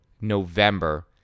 November